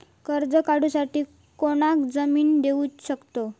कर्ज काढूसाठी कोणाक जामीन ठेवू शकतव?